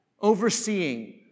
overseeing